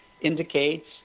indicates